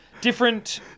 Different